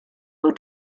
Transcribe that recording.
will